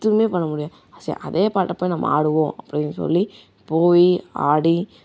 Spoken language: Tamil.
எதுவுமே பண்ண முடியாது சரி அதே பாட்டை போய் நம்ம ஆடுவோம் அப்படின் சொல்லி போய் ஆடி